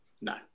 No